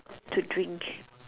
to drink